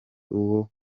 uwo